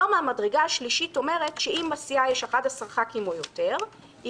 היום המדרגה השלישית אומרת שאם בסיעה יש 11 חברי כנסת או יותר היא